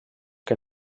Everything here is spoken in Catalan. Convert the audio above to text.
que